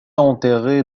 enterrée